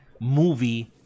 movie